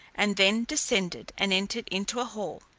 and then descended, and entered into a hall.